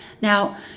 Now